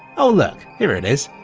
oh look, here it is.